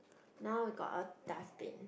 now we got a dustbin